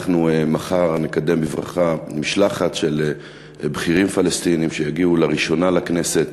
אנחנו מחר נקדם בברכה משלחת של בכירים פלסטינים שיגיעו לראשונה לכנסת,